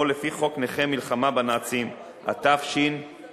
או לפי חוק נכי המלחמה בנאצים, התשי"ד